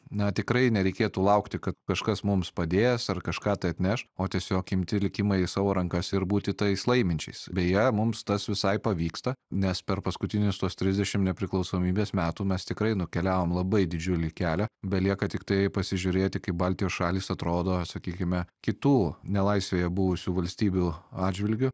na tikrai nereikėtų laukti kad kažkas mums padės ar kažką tai atneš o tiesiog imti likimą į savo rankas ir būti tais laiminčiais beje mums tas visai pavyksta nes per paskutinius tuos trisdešim nepriklausomybės metų mes tikrai nukeliavom labai didžiulį kelią belieka tiktai pasižiūrėti kaip baltijos šalys atrodo sakykime kitų nelaisvėje buvusių valstybių atžvilgiu